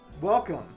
welcome